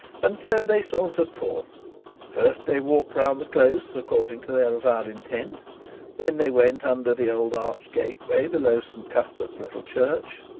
and so they sauntered forth first they walked round the close, according to their avowed intent then they went under the old arched gateway below st cuthbert's little church,